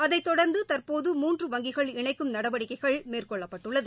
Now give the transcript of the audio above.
அதைத் தொடர்ந்து தற்போது மூன்று வங்கிகள் இணைக்கும் நடவடிக்கைகள் மேற்கொள்ளப்பட்டுள்ளது